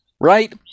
Right